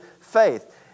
faith